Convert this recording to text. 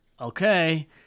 okay